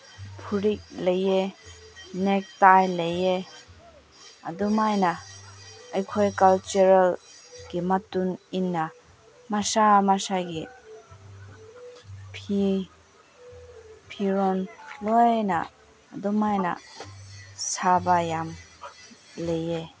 ꯐꯨꯔꯤꯠ ꯂꯩ ꯅꯦꯛ ꯇꯥꯏ ꯂꯩ ꯑꯗꯨꯃꯥꯏꯅ ꯑꯩꯈꯣꯏ ꯀꯜꯆꯔꯦꯜꯒꯤ ꯃꯇꯨꯟꯏꯟꯅ ꯃꯁꯥ ꯃꯁꯥꯒꯤ ꯐꯤ ꯐꯤꯔꯣꯜ ꯂꯣꯏꯅ ꯑꯗꯨꯃꯥꯏꯅ ꯁꯥꯕ ꯌꯥꯝ ꯂꯩ